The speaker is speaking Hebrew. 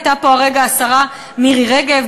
הייתה פה הרגע השרה מירי רגב,